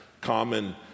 common